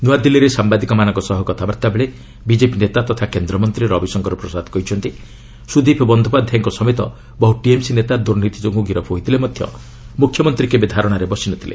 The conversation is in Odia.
ନୂଆଦିଲ୍ଲୀରେ ସାମ୍ବାଦିକମାନଙ୍କ ସହ କଥାବାର୍ତ୍ତା ବେଳେ ବିଜେପି ନେତା ତଥା କେନ୍ଦ୍ରମନ୍ତୀ ରବିଶଙ୍କର ପ୍ରସାଦ କହିଛନ୍ତି ସୁଦୀପ ବନ୍ଦୋପାଧ୍ୟାୟଙ୍କ ସମେତ ବହୁ ଟିଏମ୍ସି ନେତା ଦୁର୍ନୀତି ଯୋଗୁଁ ଗିରଫ୍ ହୋଇଥିଲେ ମଧ୍ୟ ମୁଖ୍ୟମନ୍ତ୍ରୀ କେବେ ଧାରଣାରେ ବସିନଥିଲେ